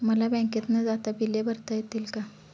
मला बँकेत न जाता बिले भरता येतील का?